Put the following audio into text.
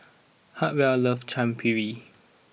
Hartwell loves Chaat Papri